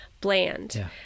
Bland